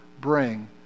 Bring